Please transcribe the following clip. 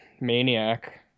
maniac